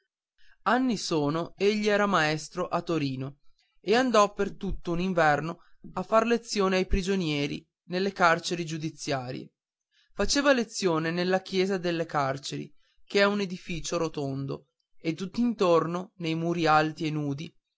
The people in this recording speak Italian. anni sono egli era maestro a torino e andò per tutto un inverno a far lezione ai prigionieri nelle carceri giudiziarie faceva lezione nella chiesa delle carceri che è un edificio rotondo e tutt'intorno nel muri alti e nudi